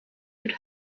mit